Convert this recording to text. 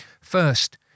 First